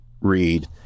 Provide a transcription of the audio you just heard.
read